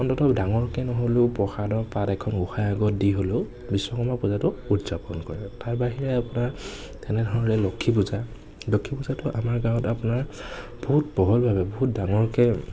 অন্তত ডাঙৰকৈ নহ'লেও প্ৰসাদৰ পাত এখন গোঁসাই আগত দি হ'লেও বিশ্বকৰ্মা পূজাটো উদযাপন কৰে তাৰ বাহিৰে আপোনাৰ তেনেধৰণে লক্ষ্মী পূজা লক্ষ্মী পূজাটো আমাৰ গাঁৱত আপোনাৰ বহুত বহলভাৱে বহুত ডাঙৰকৈ